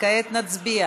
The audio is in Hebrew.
כעת נצביע